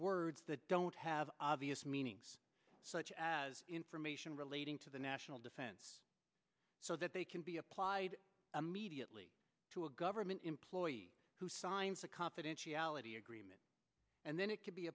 words that don't have obvious meanings such as information relating to the national defense so that they can be applied immediately to a government employee who signs a confidentiality agreement and then it can be